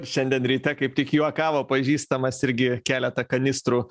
šiandien ryte kaip tik juokavo pažįstamas irgi keletą kanistrų